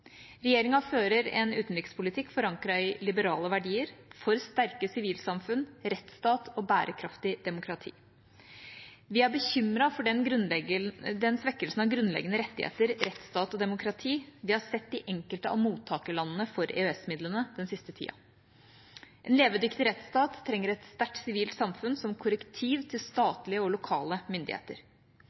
Regjeringa fører en utenrikspolitikk forankret i liberale verdier, for sterke sivilsamfunn, rettsstat og bærekraftig demokrati. Vi er bekymret for den svekkelsen av grunnleggende rettigheter, rettsstat og demokrati vi har sett i enkelte av mottakerlandene for EØS-midlene den siste tida. En levedyktig rettsstat trenger et sterkt sivilt samfunn som korrektiv til statlige og lokale myndigheter.